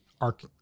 arc